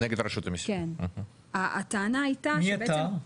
מי עתר?